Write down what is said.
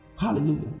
Hallelujah